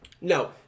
No